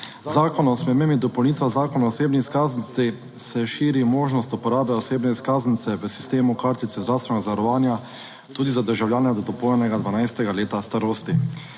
Zakonom o spremembi in dopolnitvah Zakona o osebni izkaznici se širi možnost uporabe osebne izkaznice v sistemu kartice zdravstvenega zavarovanja tudi za državljane do dopolnjenega 12. leta starosti.